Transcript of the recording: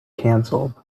cancelled